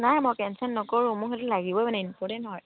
নাই মই কেঞ্চেল নকৰোঁ মোৰ সেইটো লাগিবই মানে ইম্পৰ্টেণ্ট হয়